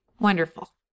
Wonderful